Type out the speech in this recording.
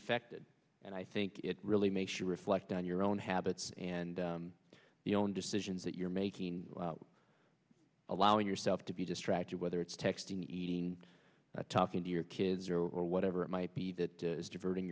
affected and i think it really makes you reflect on your own habits and the own decisions that you're making allowing yourself to be distracted whether it's texting eating talking to your kids or whatever it might be that is diverting